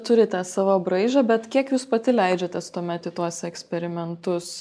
turite savo braižą bet kiek jūs pati leidžiatės tuomet į tuos eksperimentus